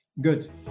Good